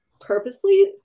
purposely